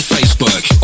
Facebook